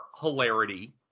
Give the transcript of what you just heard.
hilarity